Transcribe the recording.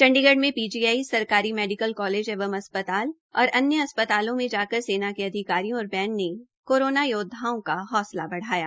चंडीगढ़ में पीजीआई सराकारी medical college एवं अस्पताल और अन्य अस्पतालों में जाकर सेना के अधिकारियों और बैंड ने कोरोना योद्वाओं का हौसला बढ़ाया